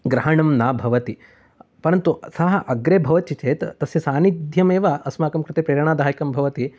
ग्रहणं न भवति परन्तु सः अग्रे भवति चेत् तस्य सान्निध्यमेव अस्माकं कृते प्रेरणादायकं भवति